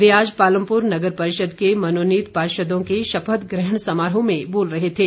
वे आज पालमपूर नगर परिषद के मनोनीत पार्षदों के शपथ ग्रहण समारोह में बोल रहे थे